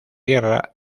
guerra